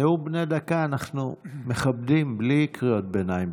נאום בן דקה אנחנו מכבדים בלי קריאות ביניים.